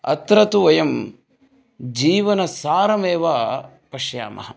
अत्र तु वयं जीवनसारमेव पश्यामः